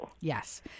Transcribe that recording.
Yes